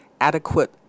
adequate